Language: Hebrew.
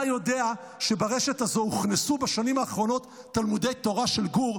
אתה יודע שברשת הזו הוכנסו בשנים האחרונות תלמודי תורה של גור,